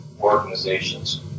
organizations